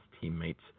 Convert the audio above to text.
teammates